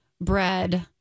bread